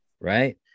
right